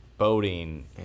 Boating